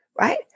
Right